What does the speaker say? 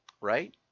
right